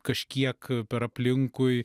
kažkiek per aplinkui